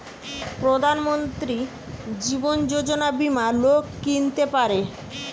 প্রধান মন্ত্রী জীবন যোজনা বীমা লোক কিনতে পারে